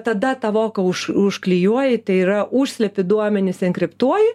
tada tą voką už užklijuoji tai yra užslėpi duomenis enkriptuoji